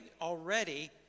already